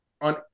On